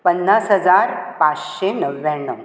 पन्नास हजार पांचशे णव्याणव